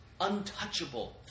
untouchable